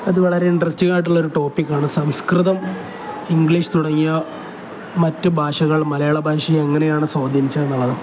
അത് വളരെ ഇൻട്രസ്റ്റിങ്ങായിയിട്ടുള്ള ഒരു ടോപ്പിക്കാണ് സംസ്കൃതം ഇംഗ്ലീഷ് തുടങ്ങിയ മറ്റു ഭാഷകൾ മലയാള ഭാഷയും എങ്ങനെയാണ് സ്വാധീനിച്ചത് എന്നുള്ളത്